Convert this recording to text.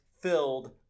filled